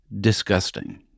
disgusting